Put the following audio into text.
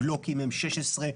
גלוקים אם-16,